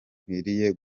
nkwiriye